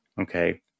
okay